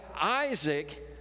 Isaac